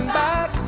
back